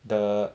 the